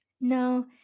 Now